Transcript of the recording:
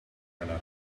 manner